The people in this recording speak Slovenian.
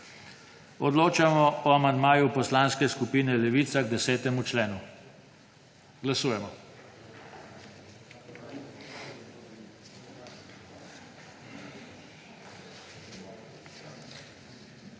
Odločamo o amandmaju Poslanske skupine Levica k 10. členu. Glasujemo.